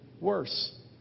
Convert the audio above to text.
worse